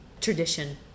tradition